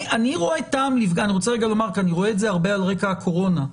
אני רואה את זה הרבה על רקע הקורונה,